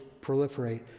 proliferate